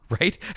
right